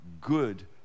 good